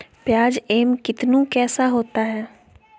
प्याज एम कितनु कैसा होता है?